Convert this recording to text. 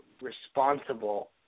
responsible